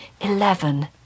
eleven